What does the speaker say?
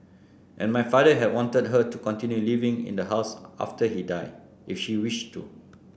and my father had wanted her to continue living in the house after he died if she wish to